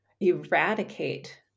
eradicate